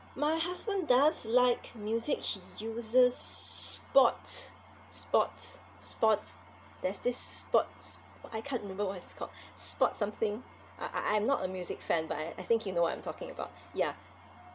my husband does like music he uses spot~ spot~ spot~ there's this spot~ I can't remember what it's called spot~ something I I I'm not a music fan but I I think you know what I'm talking about ya